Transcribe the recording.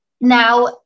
Now